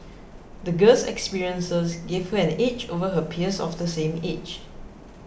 the girl's experiences gave her an edge over her peers of the same age